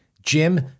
Jim